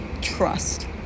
trust